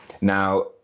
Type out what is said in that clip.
Now